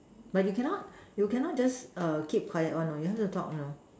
but you cannot you cannot just keep quiet one you know you have to talk you know